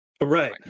right